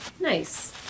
Nice